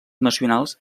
nacionals